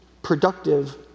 productive